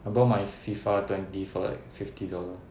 I bought my FIFA twenty for like fifty dollar